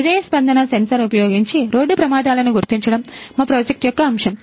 హృదయ స్పందన సెన్సార్ ఉపయోగించి రోడ్డు ప్రమాదాలను గుర్తించడం మా ప్రాజెక్ట్ యొక్క అంశం